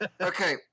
Okay